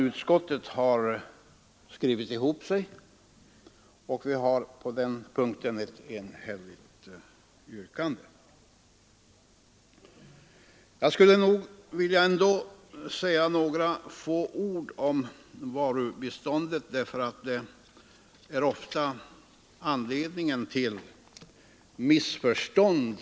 Utskottet har skrivit ihop sig, och vi har på den punkten ett enhälligt yrkande. Men jag skulle nog ändå vilja säga några få ord om varubiståndet, därför att det ofta är en anledning till missförstånd.